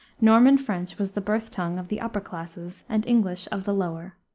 norman french was the birth-tongue of the upper classes and english of the lower.